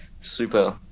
super